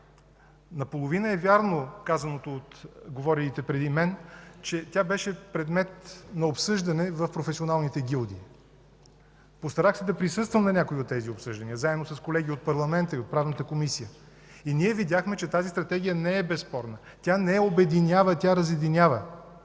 Наполовина е вярно казаното от говорилите преди мен, че тя беше предмет на обсъждане в професионалните гилдии. Постарах се да присъствам на някои от тези обсъждания, заедно с колеги от парламента и от Правната комисия. Ние видяхме, че тази Стратегия не е безспорна, тя не обединява, тя разединява.